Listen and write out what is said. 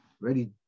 ready